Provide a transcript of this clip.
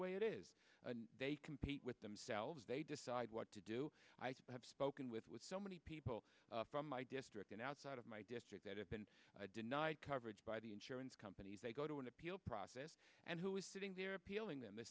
way it is and they compete with themselves they decide what to do i have spoken with with so many people from my district and outside of my district that have been denied coverage by the insurance companies they go to an appeal process and who is sitting there appealing them the